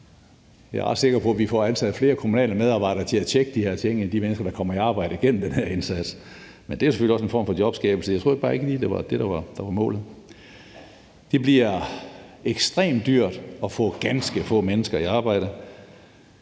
Jeg er ret sikker på, at vi får ansat flere kommunale medarbejdere til at tjekke de her ting end antallet af dem, der kommer i arbejde igennem den her indsats. Men det er selvfølgelig også en form for jobskabelse, men jeg troede bare ikke lige, at det var det, der var målet. Det bliver ekstremt dyrt at få ganske få mennesker i arbejde.